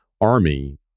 army